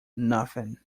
nothing